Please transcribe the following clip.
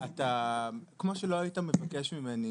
כמו שלא היית מבקש ממני